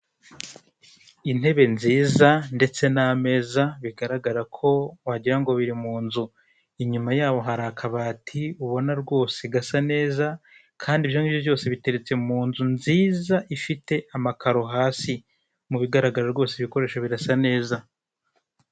Intebe nziza ndetse n'ameza, bigaragara ko wagira ngo biri mu nzu. Inyuma yaho hari akabati ubona rwose gasa neza kandi ibyongibyo byose biteretse mu nzu nziza ifite amakaro hasi. Mu bigaragara rwose ibikoresho birasa neza.